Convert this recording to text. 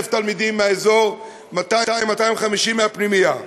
1,000 תלמידים מהאזור וכ-250 מהפנימייה.